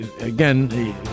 again